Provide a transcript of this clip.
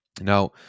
Now